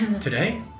Today